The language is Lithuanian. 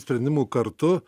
sprendimų kartu